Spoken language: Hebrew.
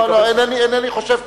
אינני חושב,